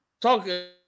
talk